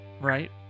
right